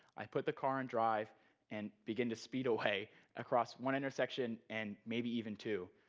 i put the car in drive and begin to speed away across one intersection and maybe even two.